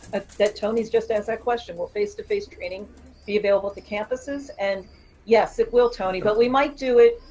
ah toni's just asked that question will face to face training be available at the campuses? and yes, it will toni, but we might do it.